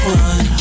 one